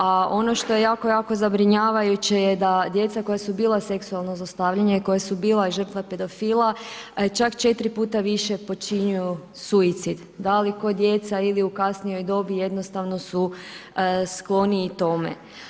A ono što je jako, jako zabrinjavajuće je da djeca koja su bila seksualno zlostavljana i koja su bila žrtva pedofila čak 4 puta više počinjuju suicid, da li kao djeca ili u kasnijoj dobi, jednostavno su skloniji tome.